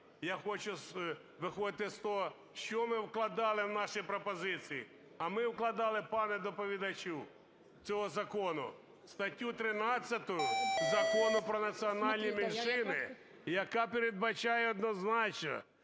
Я хочу виходити з того, що ми вкладали у наші пропозиції. А ми вкладали, пане доповідачу цього закону, статтю 13 Закону про національні меншини, яка передбачає однозначно,